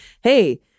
hey